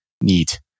neat